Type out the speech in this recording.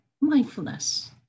mindfulness